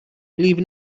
leave